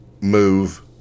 move